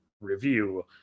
review